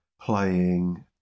playing